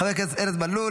חבר הכנסת ארז מלול,